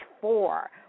four